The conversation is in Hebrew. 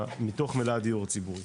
מתוך מלאי הדיור הציבורי.